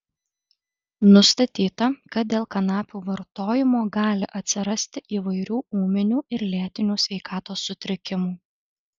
nustatyta kad dėl kanapių vartojimo gali atsirasti įvairių ūminių ir lėtinių sveikatos sutrikimų